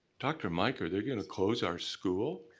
dr. mike are they going to close our school?